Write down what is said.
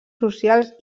socials